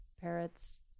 parrots